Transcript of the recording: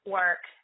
work